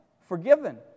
Forgiven